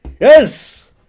Yes